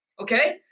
Okay